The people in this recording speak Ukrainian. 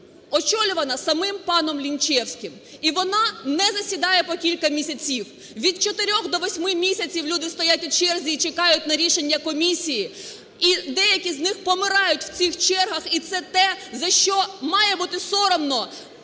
очолювана самим паном Лінчевським. І вона не засідає по кілька місяців, від 4 до 8 місяців люди стоять у черзі і чекають на рішення комісії, і деякі з них помирають в цих чергах і це те, за що має бути соромно